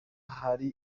hari